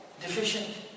deficient